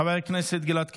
חבר הכנסת גלעד קריב,